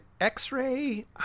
X-Ray